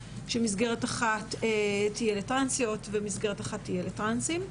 כשמסגרת אחת תהיה לטרנסיות ומסגרת אחת תהיה לטרנסים.